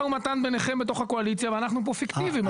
ומתן ביניכם בתוך הקואליציה ואנחנו פה פיקטיביים.